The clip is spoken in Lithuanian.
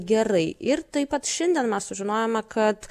gerai ir taip pat šiandien mes sužinojome kad